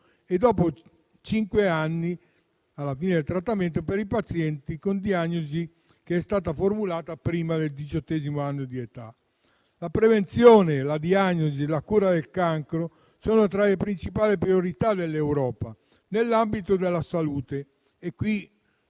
e dopo cinque anni per i pazienti con diagnosi formulata prima del diciottesimo anno di età. La prevenzione, la diagnosi e la cura del cancro sono tra le principali priorità dell'Europa nell'ambito della salute.